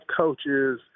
coaches